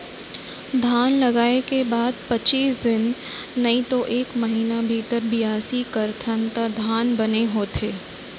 धान लगाय के बाद पचीस दिन नइतो एक महिना भीतर बियासी करथन त धान बने होथे